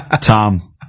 Tom